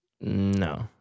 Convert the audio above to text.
No